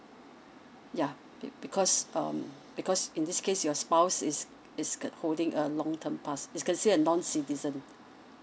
ya be~ because um because in this case your spouse is is got holding a long term pass it's considered a non citizen